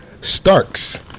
Starks